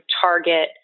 target